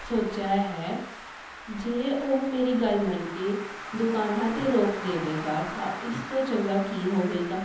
ਸੋਚਿਆ ਹੈ ਜੇ ਉਹ ਮੇਰੀ ਗੱਲ ਮੰਨ ਕੇ ਦੁਕਾਨਾਂ 'ਤੇ ਰੋਕ ਦੇਵੇਗਾ ਤਾਂ ਇਸ ਤੋਂ ਚੰਗਾ ਕੀ ਹੋਵੇਗਾ